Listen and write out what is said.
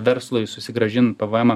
verslui susigrąžint pvmą